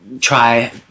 try